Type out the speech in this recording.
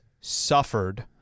suffered